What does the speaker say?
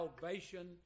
salvation